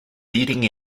leading